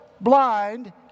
blind